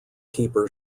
keeper